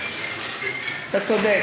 אתה צודק.